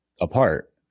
apart